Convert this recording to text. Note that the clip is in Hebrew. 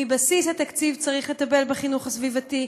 מבסיס התקציב צריך לטפל בחינוך הסביבתי,